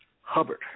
Hubbard